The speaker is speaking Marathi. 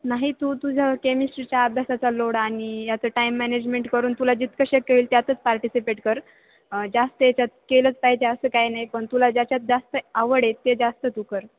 नाही तू तुझ्या केमिस्ट्रीच्या अभ्यासाचा लोड आणि याचं टाईम मॅनेजमेंट करून तुला जितकं शक्य होईल त्यातच पार्टिसिपेट कर जास्त याच्यात केलंच पाहिजे असं काही नाही पण तुला ज्याच्यात जास्त आवड ते जास्त तू कर